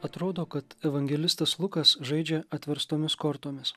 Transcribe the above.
atrodo kad evangelistas lukas žaidžia atverstomis kortomis